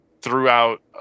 throughout